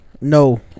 No